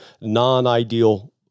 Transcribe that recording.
non-ideal